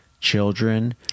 children